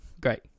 great